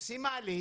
עושים מעלית